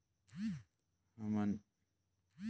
हमन अपन घर के उपयोग ऋण संपार्श्विक के रूप म करे हों